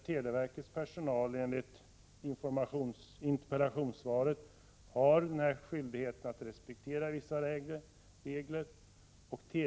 Televerkets personal har enligt interpellationssvaret skyldighet att respektera vissa regler i detta samarbete.